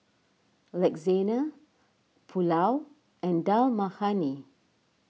Lasagna Pulao and Dal Makhani